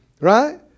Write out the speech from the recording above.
Right